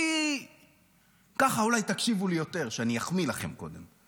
כי ככה אולי תקשיבו לי יותר, כשאחמיא לכם קודם.